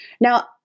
Now